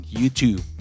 YouTube